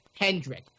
Hendrick